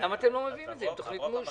למה אתם לא מביאים את זה עם תוכנית מאושרת?